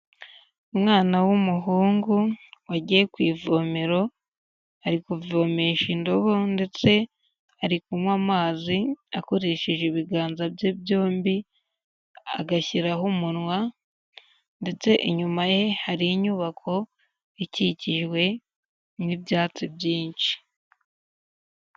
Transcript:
Umwana w'umuhungu wagiye ku ivomero, ari kuvomesha indobo ndetse, ari kunywa amazi akoresheje ibiganza bye byombi, agashyiraho umunwa, ndetse inyuma ye hari inyubako ikikijwe n'ibyatsi byinshi.